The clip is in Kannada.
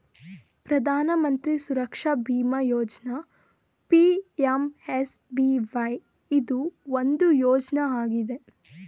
ಪ್ರಧಾನ ಮಂತ್ರಿ ಸುರಕ್ಷಾ ಬಿಮಾ ಯೋಜ್ನ ಪಿ.ಎಂ.ಎಸ್.ಬಿ.ವೈ ಇದು ಒಂದು ಯೋಜ್ನ ಆಗಿದೆ